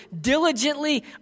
diligently